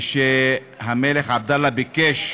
ושהמלך עבדאללה ביקש